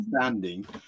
understanding